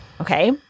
Okay